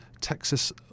texas